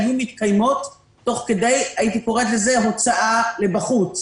היו מתקיימות תוך כדי הוצאה החוצה.